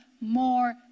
more